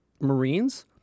Marines